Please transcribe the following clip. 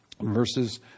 verses